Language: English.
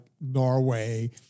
Norway